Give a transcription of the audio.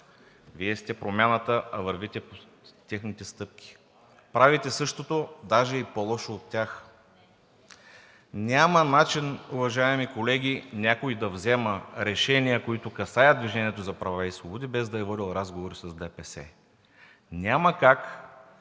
Вие сте промяната, а вървите по техните стъпки. Правите същото, даже и по-лошо от тях. Няма начин, уважаеми колеги, някой да взема решения, които касаят „Движение за права и свободи“, без да е водил разговори с ДПС. Няма как